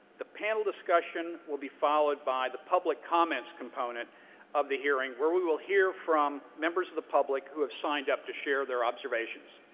the panel discussion will be followed by the public comments component of the hearing where we will hear from members of the public who have signed up to share their observations.